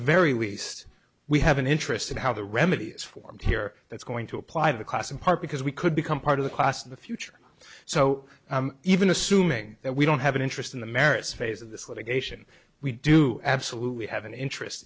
very least we have an interest in how the remedy is formed here that's going to apply to the class in part because we could become part of the class in the future so even assuming that we don't have an interest in the merits phase of this litigation we do absolutely have an interest